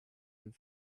and